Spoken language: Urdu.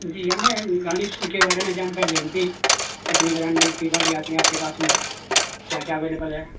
جی ہمیں گاڑی کے بارے میں جانکاری لینی تھی کتنے برانڈ کی گاڑی آتی ہے آپ کے پاس میں کیا کیا اویلیبل ہے